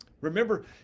Remember